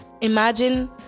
imagine